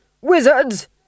Wizards